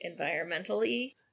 Environmentally